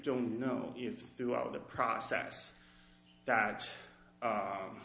don't know if throughout the process that